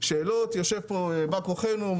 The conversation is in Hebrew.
יושב פה בא כוחנו,